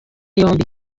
yombi